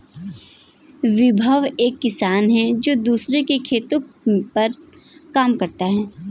विभव एक किसान है जो दूसरों के खेतो पर काम करता है